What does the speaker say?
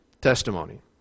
testimony